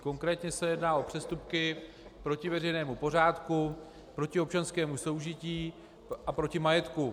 Konkrétně se jedná o přestupky proti veřejnému pořádku, proti občanskému soužití a proti majetku.